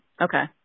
Okay